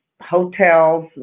hotels